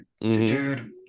dude